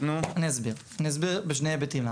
אני אסביר בשני היבטים למה.